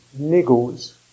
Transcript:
niggles